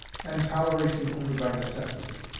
and toleration only by necessity.